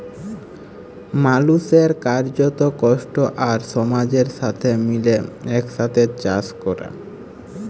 মালুসের কার্যত, কষ্ট আর সমাজের সাথে মিলে একসাথে চাস ক্যরা